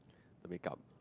the make up